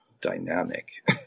dynamic